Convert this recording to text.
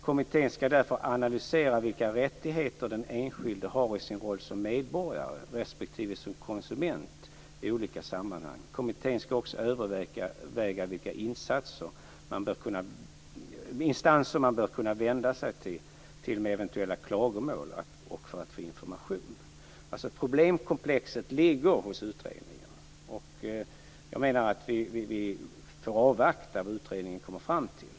Kommittén skall därför analysera vilka rättigheter den enskilde har i sin roll som medborgare respektive som konsument i olika sammanhang. Kommittén skall också överväga vilka instanser man bör kunna vända sig till med eventuella klagomål och för att få information. Problemkomplexet ligger hos utredningen. Vi får avvakta vad den kommer fram till.